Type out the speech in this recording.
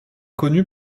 connue